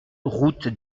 route